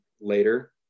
later